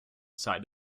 side